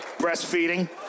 breastfeeding